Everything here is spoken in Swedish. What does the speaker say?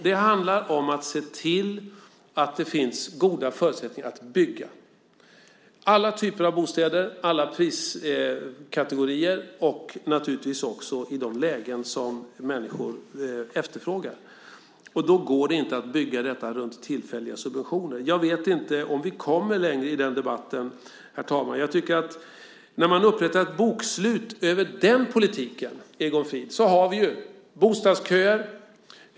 Det handlar om att se till att det finns goda förutsättningar för att bygga - alla typer av bostäder, alla priskategorier och naturligtvis också i de lägen som människor efterfrågar. Då går det inte att bygga detta runt tillfälliga subventioner. Jag vet inte om vi kommer längre i debatten, herr talman. När man upprättar ett bokslut över den politiken, Egon Frid, ser man att vi har bostadsköer.